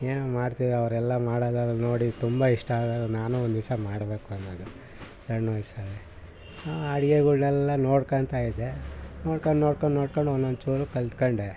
ಏನು ಮಾಡ್ತೀರ ಅವರೆಲ್ಲ ಮಾಡೋದೆಲ್ಲ ನೋಡಿ ತುಂಬ ಇಷ್ಟ ನಾನು ಒಂದು ದಿವಸ ಮಾಡಬೇಕು ಅನ್ನೋದು ಸಣ್ಣ ವಯಸಲ್ಲಿ ಆ ಅಡ್ಗೆಗಳ್ನೆಲ್ಲ ನೋಡ್ಕೊಂತ ಇದ್ದೆ ನೋಡ್ಕಂಡು ನೋಡ್ಕಂಡು ನೋಡ್ಕಂಡು ಒಂದೊಂದು ಚೂರು ಕಲಿತ್ಕೊಂಡೆ